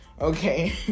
Okay